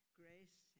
grace